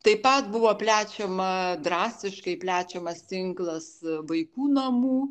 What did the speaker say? taip pat buvo plečiama drastiškai plečiamas tinklas vaikų namų